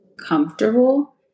comfortable